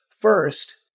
First